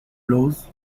laws